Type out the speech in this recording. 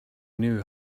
knew